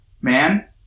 man